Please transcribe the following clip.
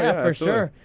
yeah for sure.